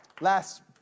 Last